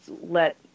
let